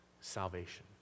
salvation